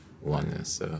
oneness